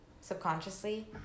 subconsciously